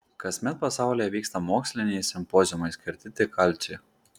kasmet pasaulyje vyksta moksliniai simpoziumai skirti tik kalciui